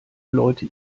leute